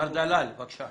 מר דלל, בבקשה.